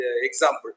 example